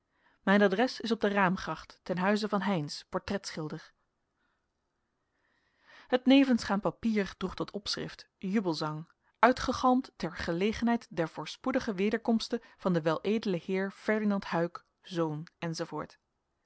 mijn adres is op de raamgracht ten huize van heynsz portretschilder het nevensgaand papier droeg tot opschrift jubelzang uitgegalmd ter gelegenheid der voorspoedige wederkomste van den weledelen heer ferdinand huyck zoon